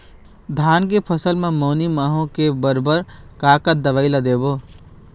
धान के फसल म मैनी माहो के बर बर का का दवई ला देबो?